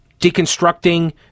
deconstructing